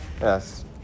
Yes